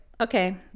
okay